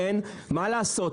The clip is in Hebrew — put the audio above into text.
מה לעשות,